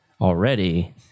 already